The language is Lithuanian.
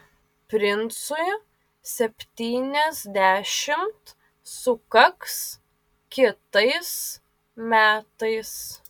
princui septyniasdešimt sukaks kitais metais